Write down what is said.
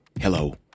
Hello